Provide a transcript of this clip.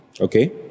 okay